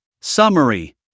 Summary